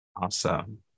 Awesome